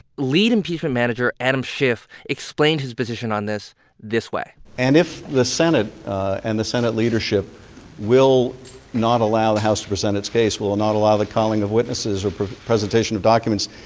lead impeachment manager adam schiff explained his position on this this way and if the senate and the senate leadership will not allow the house to present its case, will not allow the calling of witnesses or presentation of documents,